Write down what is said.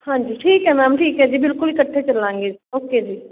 ਹਾਂਜੀ ਠੀਕ ਹੈ ਮੈਮ ਠੀਕ ਹੈ ਜੀ ਬਿਲਕੁਲ ਇਕੱਠੇ ਚੱਲਾਂਗੇ ਜੀ ਓਕੇ ਜੀ